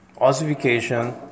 ossification